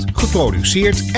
geproduceerd